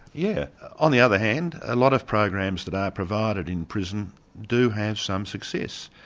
yeah on the other hand, a lot of programs that are provided in prison do have some success.